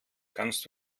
kannst